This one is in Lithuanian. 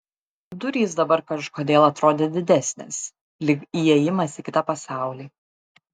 durys dabar kažkodėl atrodė didesnės lyg įėjimas į kitą pasaulį